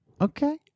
Okay